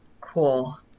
Cool